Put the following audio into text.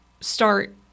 start